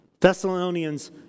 Thessalonians